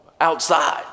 outside